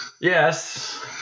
Yes